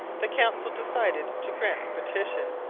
the council decided to grant the petition,